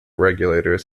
regulators